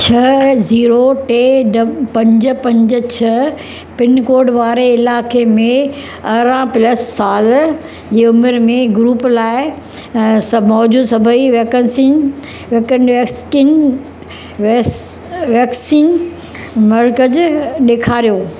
छह ज़ीरो टे डॿ पंज पंज छह पिनकोड वारे इलाइक़े में अरड़हं प्लस साल जी उमिरि में ग्रुप लाइ सभु मौजूदु सभेई वैकेनसीन वैकेनेस्कीन वैस वैक्सीन मर्कज़ ॾेखारियो